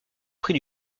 prix